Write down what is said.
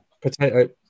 Potato